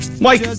Mike